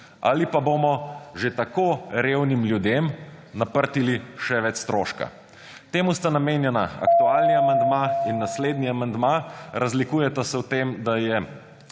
ali pa bomo že tako revnim ljudem naprtili še več stroška. Temu sta namenjena aktualni amandma in naslednji amandma. Razlikujeta se v tem, da je